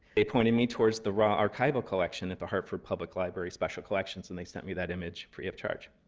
they pointed me towards the raw archival collection at the hartford public library special collections, and they sent me that image free of charge.